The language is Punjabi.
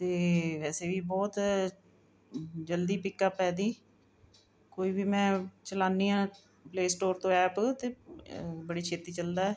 ਅਤੇ ਵੈਸੇ ਵੀ ਬਹੁਤ ਜਲਦੀ ਪਿੱਕ ਅੱਪ ਇਹਦੀ ਕੋਈ ਵੀ ਮੈਂ ਚਲਾਉਂਦੀ ਹਾਂ ਪਲੇਸਟੋਰ ਤੋਂ ਐਪ 'ਤੇ ਬੜੀ ਛੇਤੀ ਚੱਲਦਾ